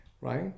right